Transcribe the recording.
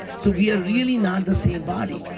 so we are really not the same body.